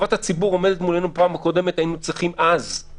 עם כל